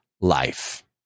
life